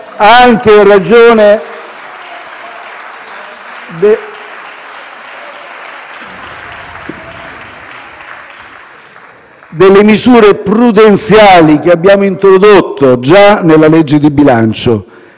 anche in ragione delle misure prudenziali che abbiamo introdotto già nella legge di bilancio.